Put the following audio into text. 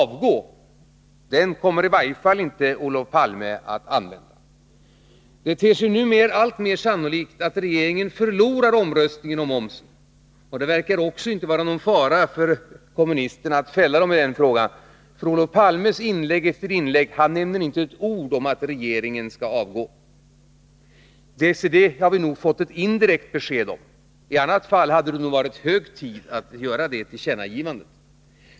Det intressanta i Olof Palmes senaste inlägg var att det därav framgick att han i varje fall inte kommer att använda sig av den fullmakten. Det ter sig nu alltmer sannolikt att regeringen förlorar omröstningen om momsen, och det verkar inte heller vara någon fara för kommunisterna att fälla den i den frågan — Olof Palme nämner i inlägg efter inlägg inte ett ord om att regeringen skall avgå. På den punkten har vi nog fått ett indirekt besked. I annat fall hade det varit hög tid att nu göra det tillkännagivandet.